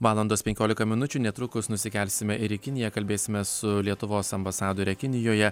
valandos penkiolika minučių netrukus nusikelsime į kiniją kalbėsimės su lietuvos ambasadore kinijoje